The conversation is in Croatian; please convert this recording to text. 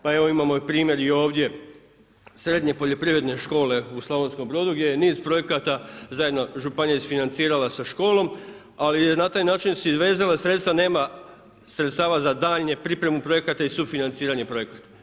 Pa evo imamo i primjer i ovdje srednje poljoprivredne škole u Slavonskom Brodu gdje je niz projekata zajedno županija isfinancirala sa školom ali je na taj način si vezala sredstva, nema sredstava za daljnju pripremu projekata i sufinanciranje projekata.